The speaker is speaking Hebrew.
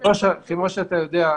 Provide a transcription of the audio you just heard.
כמו שאתה יודע,